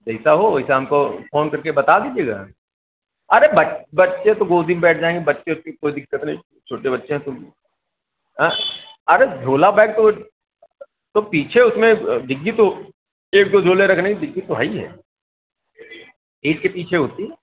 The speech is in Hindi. जैसा हो वैसा हमको फोन करके बता दीजिएगा अरे बच बच्चे तो गोदी में बैठ जाएंगे बच्चे की कोई दिक़्क़त नहीं है छोटे बच्चे हैं तो अरे झोला बैग तो तो पीछे उसमें डिग्गी तो एक दो झोले रखने कि डिग्गी तो है ही है सीट के पीछे होती है